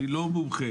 אני לא מומחה,